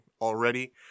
already